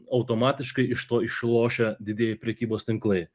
automatiškai iš to išlošia didieji prekybos tinklai